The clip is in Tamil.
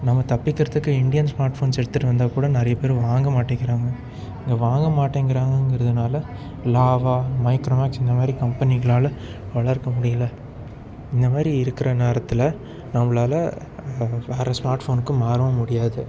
நம்ம தப்பிக்கிறத்துக்கு இண்டியன் ஸ்மார்ட் ஃபோன்ஸ் எடுத்துகிட்டு வந்தால் கூட நிறைய பேர் வாங்க மாட்டேங்கிறாங்க இங்கே வாங்க மாட்டேங்கிறாங்கங்குறதுனால லாவா மைக்ரோமேக்ஸ் இந்த மாதிரி கம்பெனிகளால் வளர்க்க முடியல இந்த மாதிரி இருக்கிற நேரத்தில் நம்மளால வேறு ஸ்மார்ட் ஃபோனுக்கு மாறவும் முடியாது